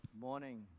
Morning